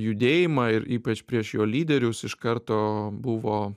judėjimą ir ypač prieš jo lyderius iš karto buvo